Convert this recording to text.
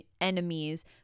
enemies